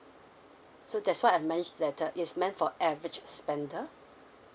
so that's why I meant that uh is meant for average spender